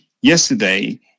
yesterday